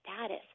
status